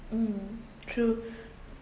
mm true